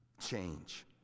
change